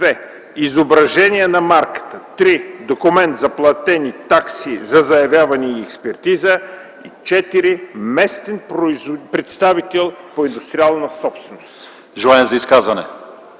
2. изображения на марката; 3. документ за платени такси за заявяване и експертиза; 4. местен представител по индустриална собственост.” ПРЕДСЕДАТЕЛ